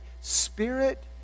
Spirit